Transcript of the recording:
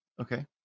Okay